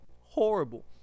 Horrible